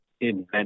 invent